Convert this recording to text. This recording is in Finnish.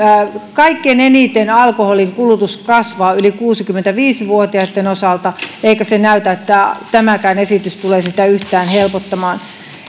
kaikkein eniten alkoholinkulutus kasvaa yli kuusikymmentäviisi vuotiaitten osalta eikä näytä siltä että tämäkään esitys tulee sitä yhtään helpottamaan